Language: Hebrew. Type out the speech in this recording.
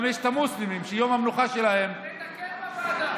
יש גם את המוסלמים, שיום המנוחה שלהם, תתקן בוועדה